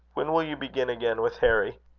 when will you begin again with harry?